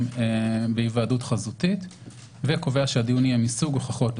בהיוועדות חזותית וקובע שהדיון יהיה מסוג הוכחות,